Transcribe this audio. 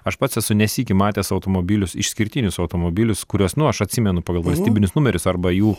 aš pats esu ne sykį matęs automobilius išskirtinius automobilius kuriuos nu aš atsimenu pagal valstybinius numerius arba jų